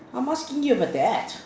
I'm asking you about that